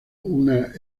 una